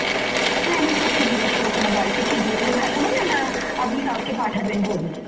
হ্যাঁ আমি সেটাই জিজ্ঞাসা করছিলাম বাড়িতে কি দিয়ে এলে ভালো হবে না আপনি কাউকে পাঠাবেন বলুন